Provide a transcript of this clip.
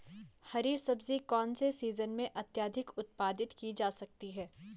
हरी सब्जी कौन से सीजन में अत्यधिक उत्पादित की जा सकती है?